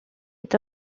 est